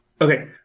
okay